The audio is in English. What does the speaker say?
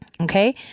Okay